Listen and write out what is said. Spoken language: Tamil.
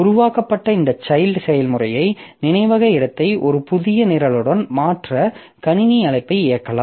உருவாக்கப்பட்ட இந்த சைல்ட் செயல்முறை நினைவக இடத்தை ஒரு புதிய நிரலுடன் மாற்ற கணினி அழைப்பை இயக்கலாம்